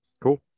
Cool